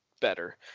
better